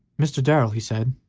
mr. darrell, he said,